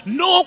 no